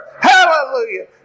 Hallelujah